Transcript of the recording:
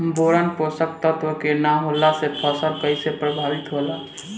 Boron पोषक तत्व के न होला से फसल कइसे प्रभावित होला?